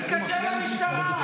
תתקשר למשטרה.